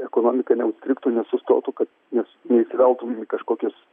ekonomika neužstrigtų nesustotų kad mes neįsiveltume į kažkokius